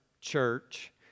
church